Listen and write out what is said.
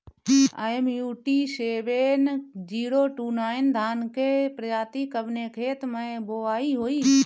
MUT seven zero two nine धान के प्रजाति कवने खेत मै बोआई होई?